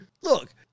Look